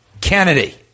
Kennedy